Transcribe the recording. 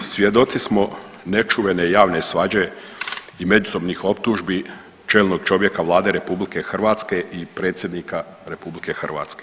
Svjedoci smo nečuvene javne svađe i međusobnih optužbi čelnog čovjeka Vlade RH i predsjednika RH.